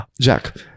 Jack